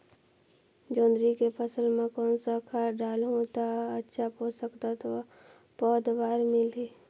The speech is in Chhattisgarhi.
जोंदरी के फसल मां कोन सा खाद डालहु ता अच्छा पोषक तत्व पौध बार मिलही?